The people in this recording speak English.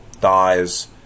dies